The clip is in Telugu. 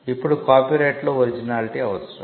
ఇప్పుడు కాపీరైట్లో ఒరిజినాలిటి అవసరం